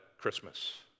Christmas